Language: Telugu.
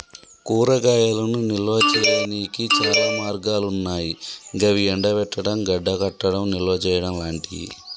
కూరగాయలను నిల్వ చేయనీకి చాలా మార్గాలన్నాయి గవి ఎండబెట్టడం, గడ్డకట్టడం, నిల్వచేయడం లాంటియి